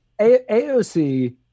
AOC